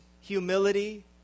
humility